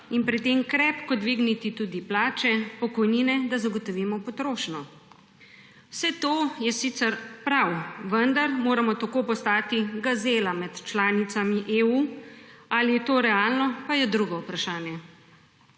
in pri tem krepko dvigniti tudi plače, pokojnine, da zagotovimo potrošnjo. Vse to je sicer prav, vendar moramo tako postati gazela med članicami EU. Ali je to realno, pa je drugo vprašanje.